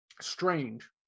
strange